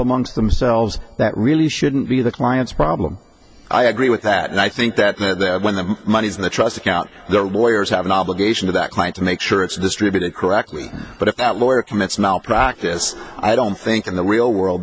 amongst themselves that really shouldn't be the client's problem i agree with that and i think that that when the money is in the trust account the lawyers have an obligation to that client to make sure it's distributed correctly but if that lawyer commits malpractise i don't think in the real world